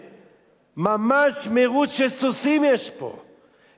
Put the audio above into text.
ממש מירוץ של סוסים יש פה.